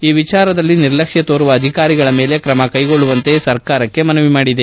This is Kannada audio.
ಈ ವಿಚಾರದಲ್ಲಿ ನಿರ್ಲಕ್ಷ್ಣ ತೋರುವ ಅಧಿಕಾರಿಗಳ ಮೇಲ್ಮೆ ಕ್ಷೆಗೊಳ್ಳುವಂತೆ ಸರ್ಕಾರಕ್ಷೆ ಮನವಿ ಮಾಡಿದೆ